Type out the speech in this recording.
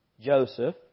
Joseph